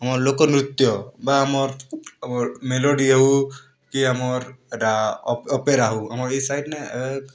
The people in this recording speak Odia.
ଆମର୍ ଲୋକ ନୃତ୍ୟ ବା ଆମର୍ ଆମର୍ ମେଲୋଡ଼ି ହେଉ କି ଆମର୍ ଇ'ଟା ଅ ଅପେରା ହେଉ ଆମର୍ ଇ ସାଇଟ୍ନେ ଏ